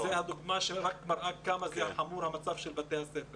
זו דוגמה שמראה כמה המצב שם חמור.